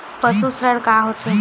पशु ऋण का होथे?